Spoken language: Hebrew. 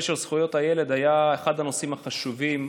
הנושא של זכויות הילד היה אחד הנושאים החשובים,